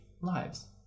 lives